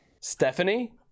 Stephanie